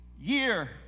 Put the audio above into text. year